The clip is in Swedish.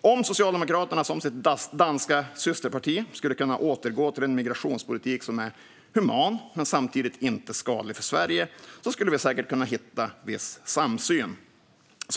Om Socialdemokraterna som sitt danska systerparti skulle kunna återgå till en migrationspolitik som är human men samtidigt inte skadlig för Sverige skulle vi säkert kunna hitta viss samsyn.